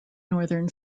northern